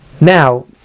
Now